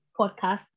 podcast